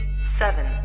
seven